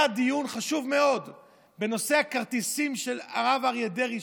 היה דיון חשוב מאוד בנושא הכרטיסים של הרב אריה דרעי,